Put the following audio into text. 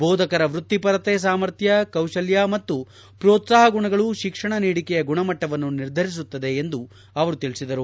ಬೋಧಕರ ವೃತ್ತಿಪರತೆ ಸಾಮರ್ಥ್ಲ ಕೌಶಲ್ಲ ಮತ್ತು ಪ್ರೋತ್ಸಾಹ ಗುಣಗಳು ಶಿಕ್ಷಣ ನೀಡಿಕೆಯ ಗುಣಮಟ್ಟವನ್ನು ನಿರ್ಧರಿಸುತ್ತದೆ ಎಂದು ಅವರು ತಿಳಿಸಿದರು